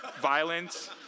violence